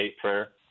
prayer